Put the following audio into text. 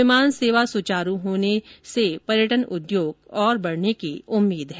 विमान सेवा सुचारू होने पर्यटन उद्योग और बढ़ने की उम्मीद है